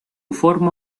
forma